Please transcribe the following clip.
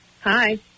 Hi